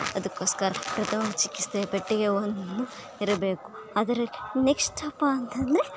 ಅದಕ್ಕೋಸ್ಕರ ಪ್ರಥಮ ಚಿಕಿತ್ಸೆ ಪೆಟ್ಟಿಗೆ ಒಂದು ಇರಬೇಕು ಆದರೆ ನೆಕ್ಸ್ಟ್ ಅಪ್ಪಾ ಅಂತಂದರೆ